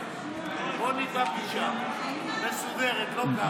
בוא נקבע פגישה מסודרת, לא ככה.